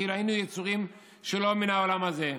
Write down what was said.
כאילו היינו יצורים שלא מן העולם הזה",